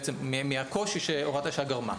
מהקושי שהוראת השעה גרמה.